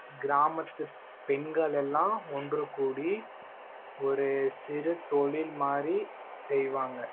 கிராமத்து பெண்கள் எல்லாம் ஒன்று கூடி ஒரு சிறு தொழில் மாதிரி செய்வாங்க